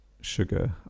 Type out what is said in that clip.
sugar